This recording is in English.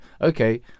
okay